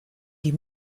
die